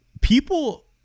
people